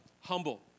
humble